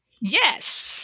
yes